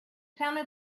sounded